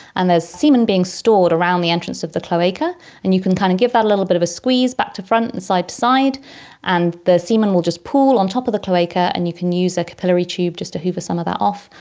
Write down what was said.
and there's semen being stored around the entrance of the cloaca and you can kind of keep that a little bit of a squeeze back to front and side to side and the semen will just pool on top of the cloaca and you can use a capillary tube just to hoover some of that off,